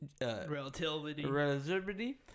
Relativity